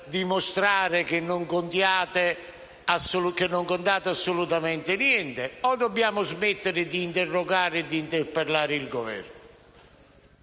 dimostrare che non contate assolutamente niente o dobbiamo smettere di interrogare e di interpellare il Governo?